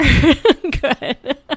Good